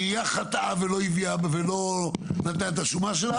העירייה חטאה ולא נתנה את השומה שלה?